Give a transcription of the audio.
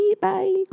Bye